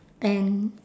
and